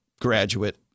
graduate